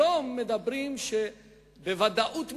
היום מדברים בוודאות מוחלטת,